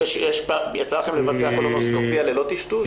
יצא לכם לבצע קולונוסקופיה ללא טשטוש?